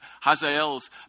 Hazael's